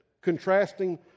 contrasting